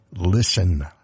listen